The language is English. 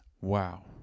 Wow